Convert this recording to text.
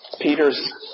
Peter's